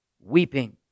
weeping